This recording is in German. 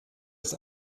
ist